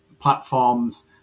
platforms